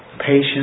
patient